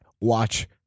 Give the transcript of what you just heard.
watch